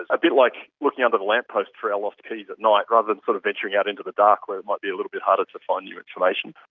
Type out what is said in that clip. a bit like looking under the lamppost for our lost keys at night rather than sort of venturing out into the dark where it might be a little bit harder to find new information.